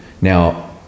Now